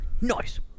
Nice